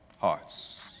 hearts